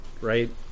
right